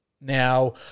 Now